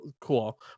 cool